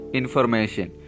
information